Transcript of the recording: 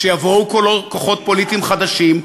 כשיבואו כוחות פוליטיים חדשים,